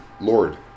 Lord